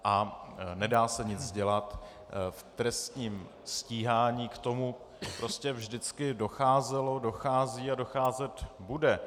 A nedá se nic dělat, v trestním stíhání k tomu vždycky docházelo, dochází a docházet bude.